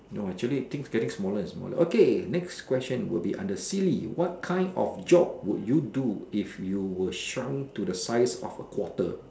no actually things getting smaller and smaller okay next question will be under silly what kind of job would you do if you were shrunk to the size of a quarter